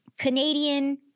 Canadian